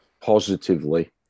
positively